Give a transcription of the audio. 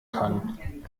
kann